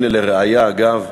הנה, לראיה, אגב,